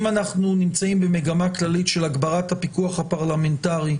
אם אנחנו נמצאים במגמה כללית של הגברת הפיקוח הפרלמנטרי,